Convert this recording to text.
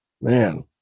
Man